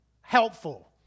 helpful